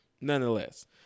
nonetheless